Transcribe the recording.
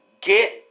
get